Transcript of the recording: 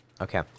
Okay